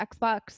Xbox